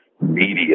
media